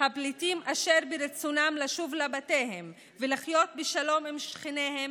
"הפליטים אשר ברצונם לשוב לבתיהם ולחיות בשלום עם שכניהם